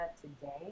today